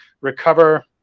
recover